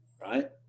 right